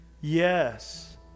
Yes